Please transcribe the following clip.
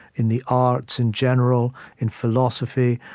in the arts in general, in philosophy.